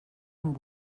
amb